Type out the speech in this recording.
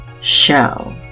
show